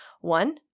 One